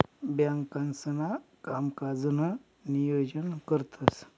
बँकांसणा कामकाजनं नियोजन करतंस